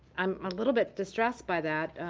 i'm a little bit distressed by that,